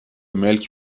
ملک